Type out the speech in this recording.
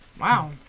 Wow